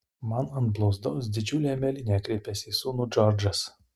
man ant blauzdos didžiulė mėlynė kreipėsi į sūnų džordžas